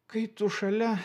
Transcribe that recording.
kai tu šalia